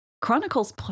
Chronicles